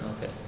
Okay